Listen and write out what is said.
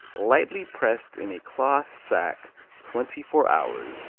lightly pressed in a cloth sack twenty-four hours,